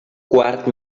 quart